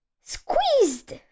squeezed